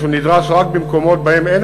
הרי שהוא נדרש רק במקומות שבהם אין